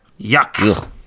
Yuck